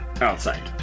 outside